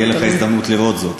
תהיה לך הזדמנות לראות זאת.